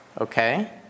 okay